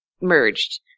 merged